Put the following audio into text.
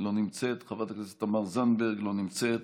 לא נמצאת,